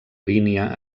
línia